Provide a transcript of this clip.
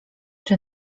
czy